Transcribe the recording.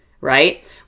right